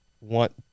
want